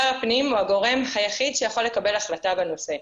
השר הפנים הוא הגורם היחיד שיכול לקבל החלטה בנושא.